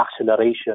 acceleration